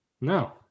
No